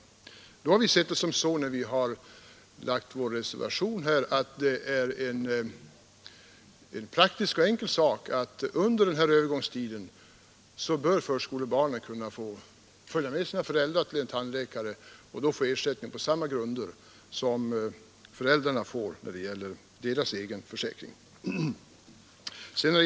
Därför har vi sett det så, när vi har skrivit vår reservation, att det är en praktisk och enkel sak att under den här övergångstiden låta förskolebarnen följa med sina föräldrar till en tandläkare och då få ersättning på samma grunder som föräldrarna får när det gäller deras egen försäkring.